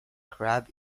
crab